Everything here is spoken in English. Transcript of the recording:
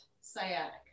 sciatic